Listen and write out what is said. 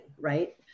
right